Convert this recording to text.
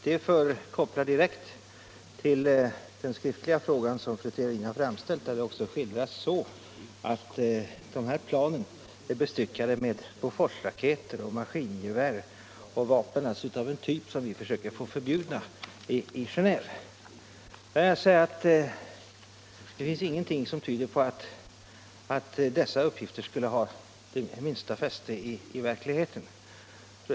Detta kan kopplas direkt till den skriftliga fråga fru Theorin framställt, där det också anges att de här planen är bestyckade med Boforsraketer och maskingevär, alltså en typ av vapen som vi försöker få förbjudna i Genéve. Det finns ingenting som tyder på att dessa uppgifter skulle ha minsta fäste i verkligheten.